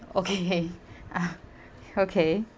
okay ah okay